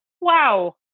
Wow